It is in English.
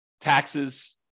taxes